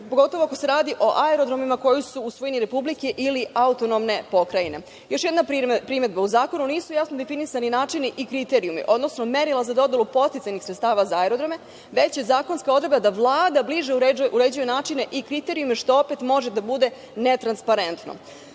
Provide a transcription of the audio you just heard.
pogotovo ako se radi o aerodromima koji su u svojini Republike ili AP.Još jedna primedba. U zakonu nisu jasno definisani načini i kriterijumi, odnosno merila za dodelu podsticajnih sredstava za aerodrome, već je zakonska odredba da Vlada bliže uređuje načine i kriterijume, što opet može da bude netransparentno. Članovima